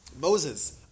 Moses